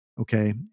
Okay